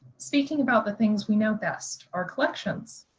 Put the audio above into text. speaking about the things we know best our collections!